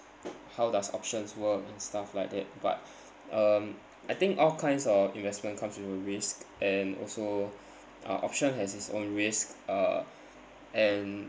how does options work and stuff like that but um I think all kinds of investment comes with a risk and also uh option has its own risks uh and